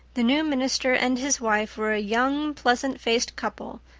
the new minister and his wife were a young, pleasant-faced couple,